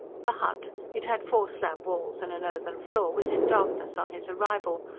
the hut it had four slab walls and an earthen floor was in darkness on his arrival,